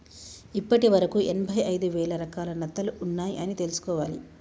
ఇప్పటి వరకు ఎనభై ఐదు వేల రకాల నత్తలు ఉన్నాయ్ అని తెలుసుకోవాలి